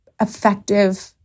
effective